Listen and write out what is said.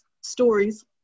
stories